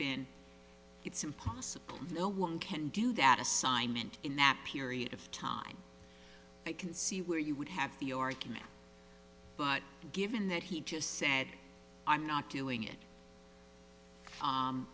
been it's impossible no one can do that assignment in that period of time i can see where you would have the argument but given that he just said i'm not killing it